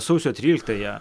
sausio tryliktąją